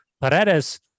Paredes